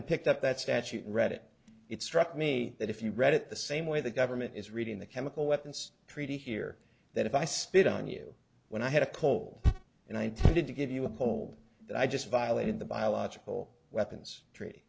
and picked up that statute read it it struck me that if you read it the same way the government is reading the chemical weapons treaty here that if i spit on you when i had a poll and i did to give you a poll that i just violated the biological weapons treat